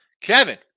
Kevin